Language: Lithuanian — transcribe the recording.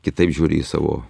kitaip žiūri į savo